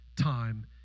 time